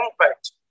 Compact